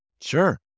Sure